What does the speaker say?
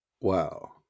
Wow